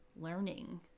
learning